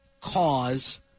cause